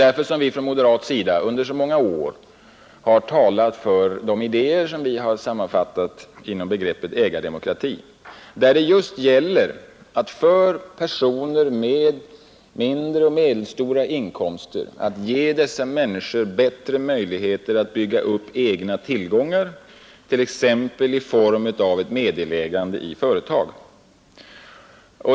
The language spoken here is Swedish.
Därför har vi från moderat sida under så många år talat för de idéer som vi sammanfattat i begreppet ägardemokrati, där det just gäller att ge personer med mindre och medelstora inkomster bättre möjligheter att bygga upp egna tillgångar, t.ex. i form av ett meddelägande i företag.